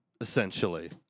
essentially